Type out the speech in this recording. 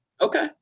Okay